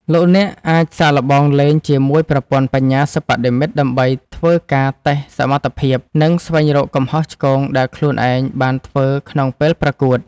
លោកអ្នកអាចសាកល្បងលេងជាមួយប្រព័ន្ធបញ្ញាសិប្បនិម្មិតដើម្បីធ្វើការតេស្តសមត្ថភាពនិងស្វែងរកកំហុសឆ្គងដែលខ្លួនឯងបានធ្វើក្នុងពេលប្រកួត។